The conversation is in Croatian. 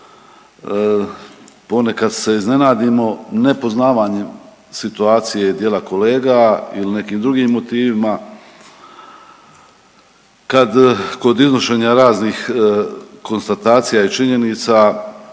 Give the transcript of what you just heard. Ponekad se iznenadimo nepoznavanju situacije dijela kolega ili nekim drugim motivima kad kod iznošenja raznih konstatacija i činjenica